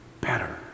better